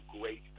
great